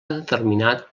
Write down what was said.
determinat